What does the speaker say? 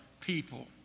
people